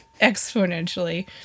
exponentially